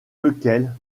lequel